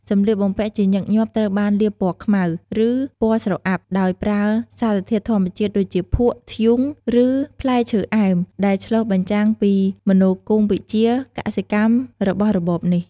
សម្លៀកបំពាក់ជាញឹកញាប់ត្រូវបានលាបពណ៌ខ្មៅ ឬពណ៌ស្រអាប់ដោយប្រើសារធាតុធម្មជាតិដូចជា ភក់ ធ្យូង ឬផ្លែឈើអែម ដែលឆ្លុះបញ្ចាំងពីមនោគមវិជ្ជាកសិកម្មរបស់របបនេះ។